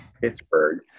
Pittsburgh